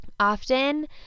Often